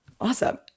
Awesome